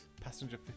Passenger